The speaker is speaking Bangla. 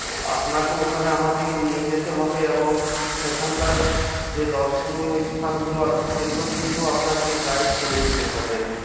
তো আপনাকে ওখানে আমাকে নিয়ে যেতে হবে এবং সেখানকার যে দর্শনীয় স্থানগুলো আছে সেগুলো কিন্তু আপনাকে গাইড করে দিতে হবে